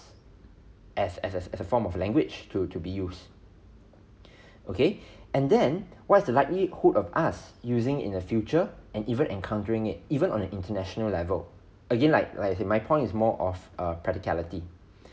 as as as as a form of language to to be used okay and then what is the likelihood of us using in the future and even encountering it even on an international level again like like say my point is more of uh practicality